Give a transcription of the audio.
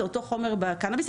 זה החומר בקנאביס,